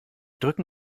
drücken